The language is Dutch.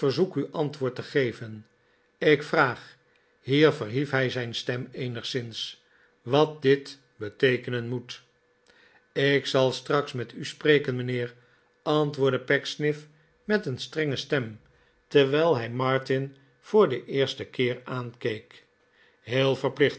verzoek u antwoord te geven ik vraag hier verhief hij zijn stem eenigszins wat dit beteekenen moet f ik zal straks met u spreken mijnheer antwoordde pecksniff met een strenge stem terwijl hij martin voor den eersten keer aankeek heel